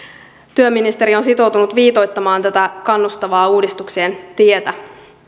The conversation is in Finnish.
työministeri on sitoutunut viitoittamaan tätä kannustavaa uudistuksien tietä